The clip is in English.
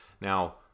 Now